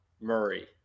Murray